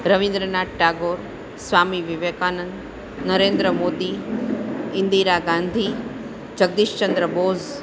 Rabindranath Tagore Swami Vivekananda Narendra Modi Indira Gandhi Jagadish Chandra Bose